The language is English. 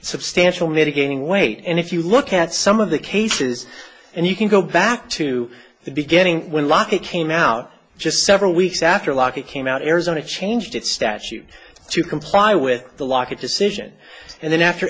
substantial mitigating weight and if you look at some of the cases and you can go back to the beginning when lockett came out just several weeks after lockett came out arizona changed its statute to comply with the locket decision and then after